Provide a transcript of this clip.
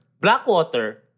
Blackwater